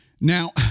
Now